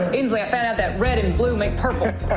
inslee, i found out that red and blue make purple.